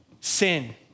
sin